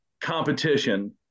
competition